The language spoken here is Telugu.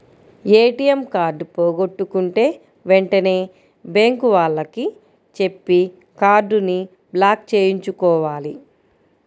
ఏటియం కార్డు పోగొట్టుకుంటే వెంటనే బ్యేంకు వాళ్లకి చెప్పి కార్డుని బ్లాక్ చేయించుకోవాలి